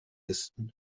listen